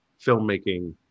filmmaking